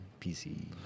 PC